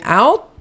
out